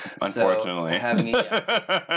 Unfortunately